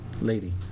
lady